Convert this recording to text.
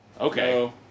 Okay